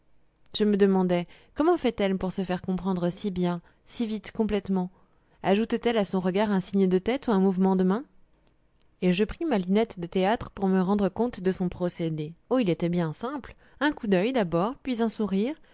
je me demandais comment fait-elle pour se faire comprendre si bien si vite complètement ajoute t elle à son regard un signe de tête ou un mouvement de main et je pris ma lunette de théâtre pour me rendre compte de son procédé oh il était bien simple un coup d'oeil d'abord puis un sourire